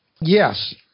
Yes